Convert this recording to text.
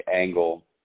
angle